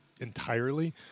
entirely